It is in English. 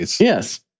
Yes